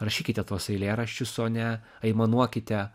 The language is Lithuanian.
rašykite tuos eilėraščius o ne aimanuokite